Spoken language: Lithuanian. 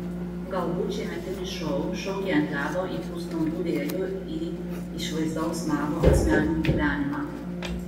galbūt šiemetinis šou šokiai ant ledo įpūs naujų vėjų į išvaizdaus mago asmeninį gyvenimą